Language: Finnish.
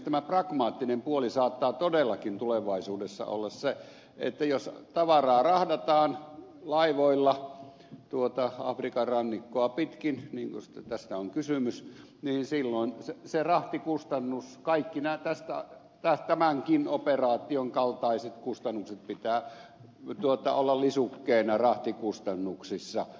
tämä pragmaattinen puoli saattaa todellakin tulevaisuudessa olla se että jos tavaraa rahdataan laivoilla tuota afrikan rannikkoa pitkin niin kuin tässä on kysymys niin silloin sen rahtikustannuksen kaikkien näiden tämänkin operaation kaltaisten kustannusten pitää olla lisukkeena rahtikustannuksissa